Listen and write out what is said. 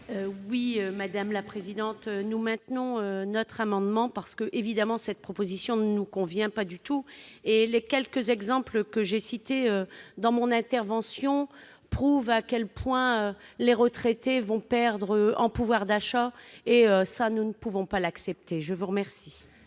Oui, madame la présidente, nous maintenons notre amendement, car cette proposition ne nous convient pas du tout. Les quelques exemples que j'ai cités dans mon intervention montrent à quel point les retraités vont perdre en pouvoir d'achat. Nous ne pouvons pas l'accepter. La parole